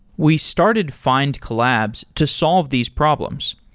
we started findcollabs to solve these problems.